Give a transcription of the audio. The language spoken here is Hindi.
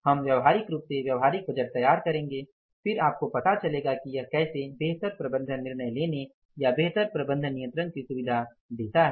हम व्यावहारिक रूप से व्यावहारिक बजट तैयार करेंगे फिर आपको पता चलेगा कि यह कैसे बेहतर प्रबंधन निर्णय लेने या बेहतर प्रबंधन नियंत्रण की सुविधा देता है